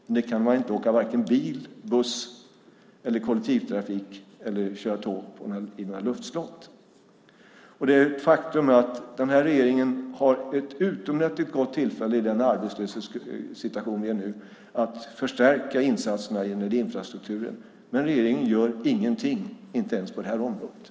Ett sådant kan man varken åka bil, buss eller köra tåg på. Regeringen har ett utomordentligt gott tillfälle i den arbetslöshetssituation vi är nu att förstärka insatserna inom infrastrukturen. Men regeringen gör ingenting, inte ens på detta område.